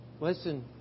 Listen